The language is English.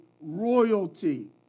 royalty